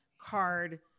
card